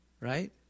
right